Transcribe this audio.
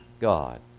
God